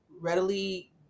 readily